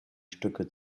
stücke